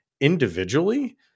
individually